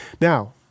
Now